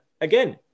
again